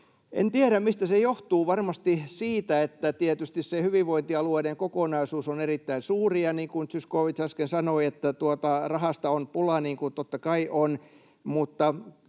En tiedä, mistä se johtuu. Varmasti siitä, että tietysti se hyvinvointialueiden kokonaisuus on erittäin suuri, ja niin kuin edustaja Zyskowicz äsken sanoi, että rahasta on pulaa, niin kuin totta kai on.